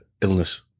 illness